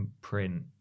print